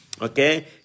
okay